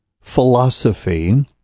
philosophy